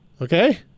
Okay